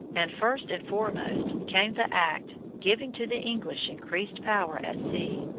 and first and foremost came the act giving to the english increased power at sea,